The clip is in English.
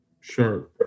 Sure